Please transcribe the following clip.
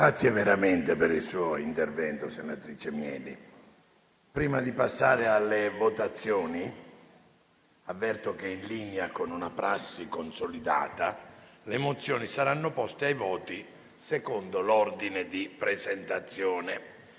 la senatrice Mieli per il suo intervento. Prima di passare alla votazione, avverto che, in linea con una prassi consolidata, le mozioni saranno poste ai voti secondo l'ordine di presentazione.